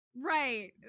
Right